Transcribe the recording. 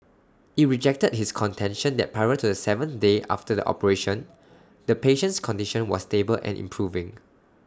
IT rejected his contention that prior to the seventh day after the operation the patient's condition was stable and improving